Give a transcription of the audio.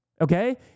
okay